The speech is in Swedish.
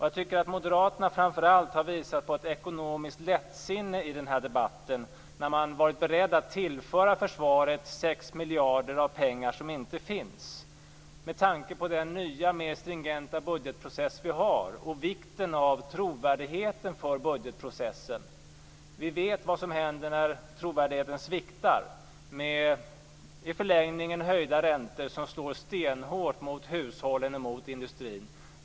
Jag tycker att Moderaterna framför allt har visat ett ekonomiskt lättsinne i den här debatten, när man har varit beredd att tillföra försvaret 6 miljarder av pengar som inte finns med tanke på den nya, mer stringenta budgetprocess vi har och vikten av trovärdigheten för budgetprocessen. Vi vet vad som händer när trovärdigheten sviktar med i förlängningen höjda räntor som slår stenhårt mot hushållen och mot industrin.